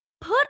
Put